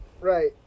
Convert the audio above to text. right